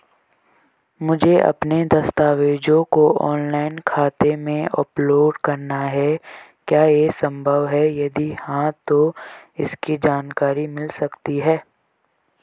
मुझे अपने दस्तावेज़ों को ऑनलाइन खाते में अपलोड करना है क्या ये संभव है यदि हाँ तो इसकी जानकारी मिल सकती है?